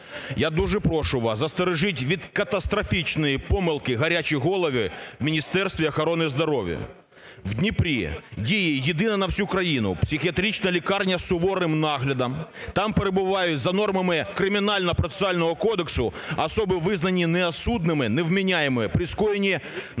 Я дуже прошу вас, застережіть від катастрофічної помилки гарячі голови в Міністерстві охорони здоров'я. В Дніпрі діє єдина на всю країну психіатрична лікарня з суворим наглядом. Там перебувають за нормами Кримінального процесуального кодексу особи, визнані неосудними (невменяемыми) при скоєнні найтяжчих